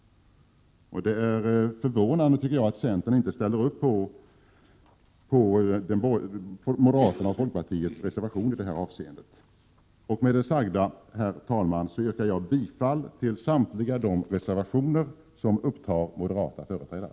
Det är förvånande att centern ställer upp på utskottsmajoritetens uppfattning. Med det sagda, herr talman, yrkar jag bifall till samtliga reservationer som upptar moderata företrädare.